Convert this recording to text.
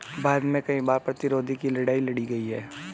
भारत में कई बार कर प्रतिरोध की लड़ाई लड़ी गई है